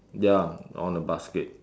ya on the basket